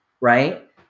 right